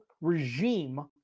regime